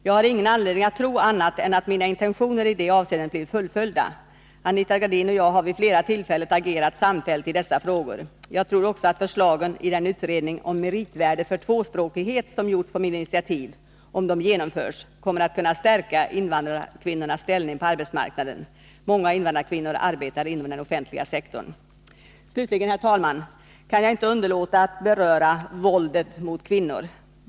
Jag har ingen anledning att tro annat än att mina intentioner i det avseendet blir fullföljda. Anita Gradin och jag har vid flera tillfällen agerat samfällt i dessa frågor. Jag tror också att förslagen i den utredning om meritvärde för tvåspråkighet som gjorts på mitt initiativ — om de genomförs — kommer att kunna stärka invandrarkvinnornas ställning på arbetsmarknaden. Många invandrarkvinnor arbetar inom den offentliga sektorn. Slutligen, herr talman, kan jag inte underlåta att beröra våldet mot kvinnor.